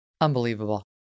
Unbelievable